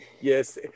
yes